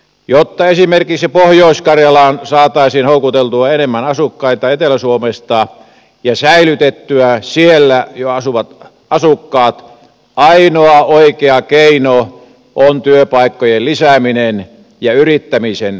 jotta esimerkiksi pohjois karjalaan saataisiin houkuteltua enemmän asukkaita etelä suomesta ja säilytettyä siellä jo asuvat asukkaat ainoa oikea keino on työpaikkojen lisääminen ja yrittämisen tukeminen